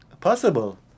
possible